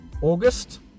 august